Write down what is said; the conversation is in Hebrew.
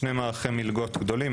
שני מערכי מלגות גדולים,